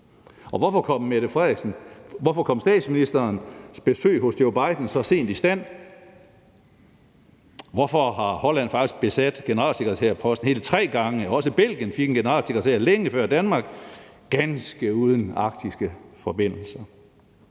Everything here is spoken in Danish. Hvorfor kom statsministerens besøg hos Joe Biden så sent i stand? Hvorfor har Holland faktisk besat generalsekretærposten hele tre gange? Også Belgien fik en generalsekretær længe før Danmark, ganske uden arktiske forbindelser.